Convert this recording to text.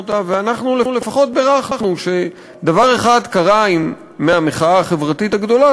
ואנחנו לפחות בירכנו שדבר אחד קרה מהמחאה החברתית הגדולה,